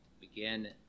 Begin